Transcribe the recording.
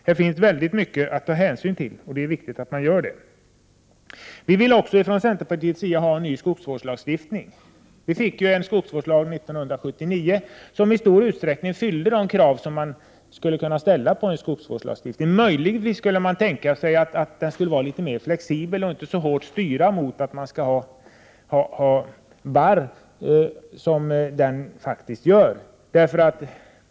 Här finns mycket att ta hänsyn till, och det är viktigt att man gör det. Vi vill också från centerpartiets sida ha en ny skogsvårdslagstiftning. Vi fick en skogsvårdslag 1979, som i stor utsträckning uppfyllde de krav man skulle kunna ställa på en skogsvårdslagstiftning. Man skulle möjligtvis kunna tänka sig att den kunde vara litet mer flexibel och inte så hårt styrande mot barrskogsodling som den faktiskt är.